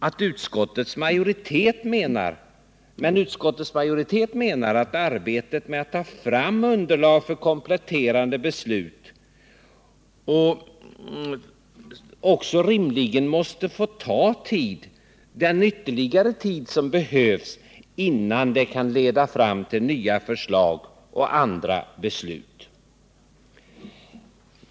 Men utskottsmajoriteten menar att arbetet med att ta fram underlag för kompletterande beslut rimligen måste få ta den ytterligare tid som behövs innan det kan leda till nya förslag och beslut.